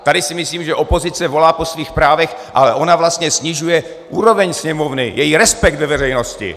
Tady si myslím, že opozice volá po svých právech, ale ona vlastně snižuje úroveň Sněmovny, její respekt ve veřejnosti.